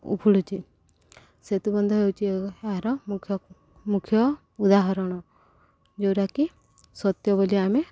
ଉଫୁଳୁଛି ସେତୁବନ୍ଧ ହେଉଛି ଏହାର ମୁଖ୍ୟ ମୁଖ୍ୟ ଉଦାହରଣ ଯେଉଁଟାକି ସତ୍ୟ ବୋଲି ଆମେ